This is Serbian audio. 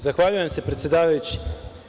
Zahvaljujem se, predsedavajući.